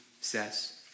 says